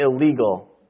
illegal